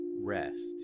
rest